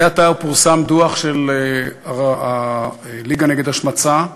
זה עתה פורסם דוח של הליגה נגד השמצה,